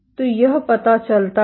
तो यह पता चलता है